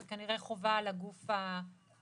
זו כנראה חובה על הגוף המשדר,